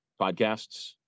podcasts